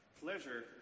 pleasure